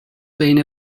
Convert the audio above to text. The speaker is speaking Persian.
بین